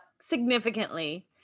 significantly